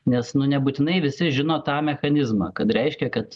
nes nu nebūtinai visi žino tą mechanizmą kad reiškia kad